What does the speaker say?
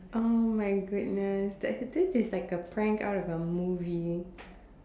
oh my goodness that sentence is like a prank out of a movie